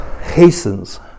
Hastens